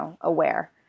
aware